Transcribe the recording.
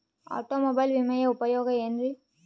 Automobile ವಿಮೆಯ ಉಪಯೋಗ ಏನ್ರೀ?